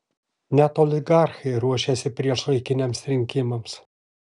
net oligarchai ruošiasi priešlaikiniams rinkimams